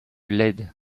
leyde